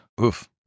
Oof